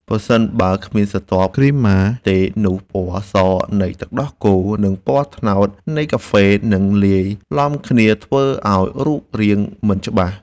ប្រសិនបើគ្មានស្រទាប់គ្រីម៉ាទេ នោះពណ៌សនៃទឹកដោះគោ និងពណ៌ត្នោតនៃកាហ្វេនឹងលាយឡំគ្នាធ្វើឱ្យរូបរាងមិនច្បាស់។